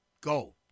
Go